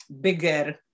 bigger